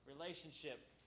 relationship